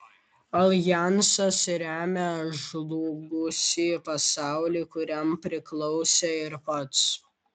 aljansas remia žlugusį pasaulį kuriam priklausė ir pats